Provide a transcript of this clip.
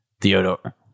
Theodore